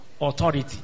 Authority